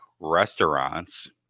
Restaurants